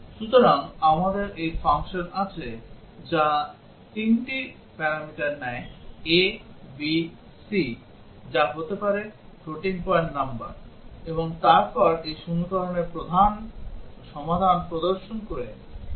সুতরাং আমাদের এই ফাংশন আছে যা তিনটি প্যারামিটার নেয় a b c যা হতে পারে floating point number এবং তারপর এই সমীকরণের সমাধান প্রদর্শন করে ax2bxc